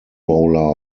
bowler